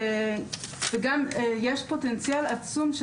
יש פוטנציאל גדול.